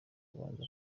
kubanza